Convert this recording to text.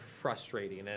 frustrating